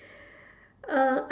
uh